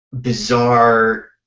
bizarre